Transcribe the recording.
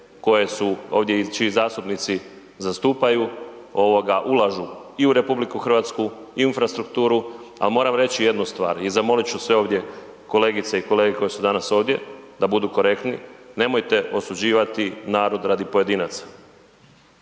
koje su ovdje i čiji zastupnici zastupaju, ulažu i u RH i u infrastrukturu, ali moram reći jednu stvar i zamolit ću sve ovdje kolegice i kolege koji su danas ovdje da budu korektni, nemojte osuđivati narod radi pojedinaca.